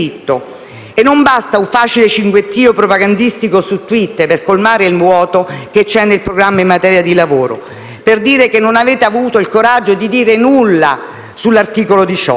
E non basta un facile cinguettio propagandistico su Twitter per colmare il vuoto che c'è nel programma in materia di lavoro, per dire che non avete avuto il coraggio di dire nulla sull'articolo 18.